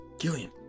Gillian